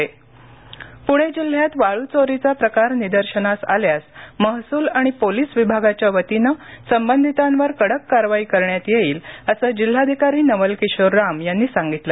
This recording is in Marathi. सोमणी पणे जिल्ह्यात वाळू चोरीचा प्रकार निदर्शनास आल्यास महसूल आणि पोलीस विभागाच्या वतीनं संबंधितांवर कडक कारवाई करण्यात येईल असं जिल्हाधिकारी नवल किशोर राम यांनी सांगितलं